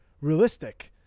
realistic